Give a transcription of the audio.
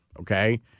okay